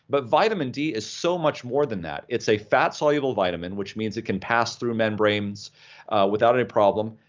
but vitamin d is so much more than that. it's a fat soluble vitamin, which means it can pass through membranes without any problem.